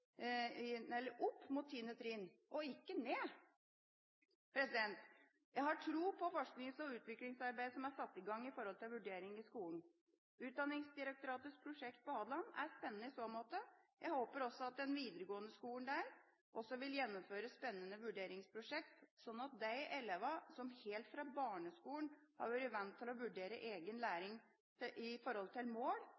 mot 10. trinn, ikke ned. Jeg har tro på forsknings- og utviklingsarbeidet som er satt i gang når det gjelder vurdering i skolen. Utdanningsdirektoratets prosjekt på Hadeland er spennende i så måte. Jeg håper også at den videregående skolen der vil gjennomføre spennende vurderingsprosjekt, slik at de elevene som helt fra barneskolen har vært vant til å vurdere egen